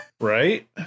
Right